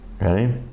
Ready